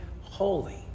holy